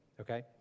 Okay